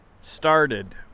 started